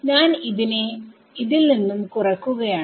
ഞാൻ ഇതിനെ ഇതിൽ നിന്നും കുറക്കുകയാണ്